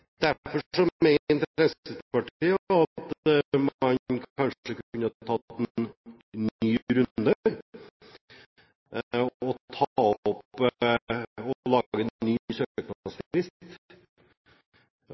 Derfor mener Fremskrittspartiet at man kanskje kunne tatt en ny runde, lage ny søknadsfrist og ta sakene vedrørende erstatning til krigsbarna opp